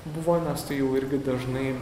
buvo nes tai jau irgi dažnai